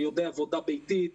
על ידי עבודה ביתית.